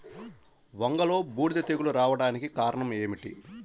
వంగలో బూడిద తెగులు రావడానికి కారణం ఏమిటి?